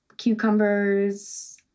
cucumbers